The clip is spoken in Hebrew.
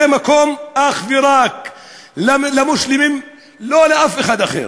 זה מקום אך ורק למוסלמים ולא לאף אחד אחר.